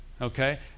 okay